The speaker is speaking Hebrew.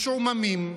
משועממים,